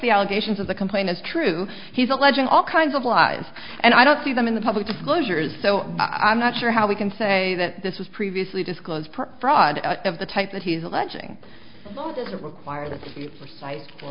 the allegations of the complaint as true he's alleging all kinds of lies and i don't see them in the public disclosures so i'm not sure how we can say that this was previously disclosed fraud of the type that he's alleging doesn't require the suit for si